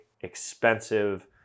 expensive